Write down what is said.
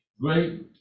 great